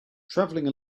traveling